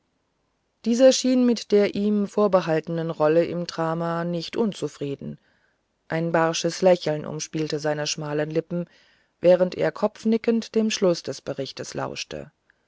dieser schien mit der ihm vorbehaltenen rolle im drama nicht unzufrieden ein barsches lächeln umspielte seine schmalen lippen während er kopfnickend dem schluß des berichtes lauschte